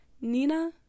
Nina